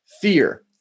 fear